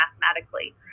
mathematically